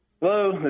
Hello